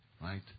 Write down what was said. right